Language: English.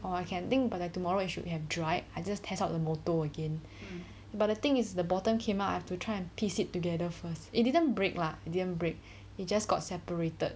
I think about like tomorrow it should have dried I just test out the motor again but the thing is the bottom came out I have to try and piece it together first it didn't break lah it didn't break it just got separated